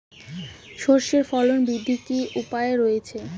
সর্ষের ফলন বৃদ্ধির কি উপায় রয়েছে?